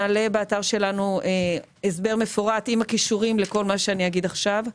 נעלה באתר שלנו הסבר מפורט עם הקישורים לכל מה שאני אגיד עכשיו.